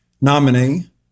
nominee